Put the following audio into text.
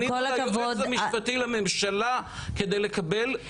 פנינו ליועץ המשפטי לממשלה כדי לקבל תגובה.